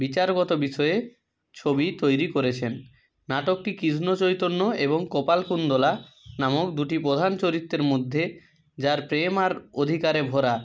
বিচারগত বিষয়ে ছবি তৈরি করেছেন নাটকটি কৃষ্ণ চৈতন্য এবং কপালকুণ্ডলা নামক দুটি প্রধান চরিত্রের মধ্যে যার প্রেম আর অধিকারে ভরা